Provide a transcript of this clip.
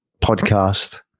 podcast